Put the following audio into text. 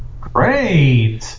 Great